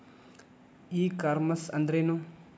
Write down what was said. E commerce ಅಂದ್ರೇನು?